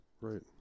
Right